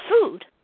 food